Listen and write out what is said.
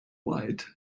white